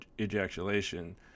ejaculation